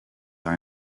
are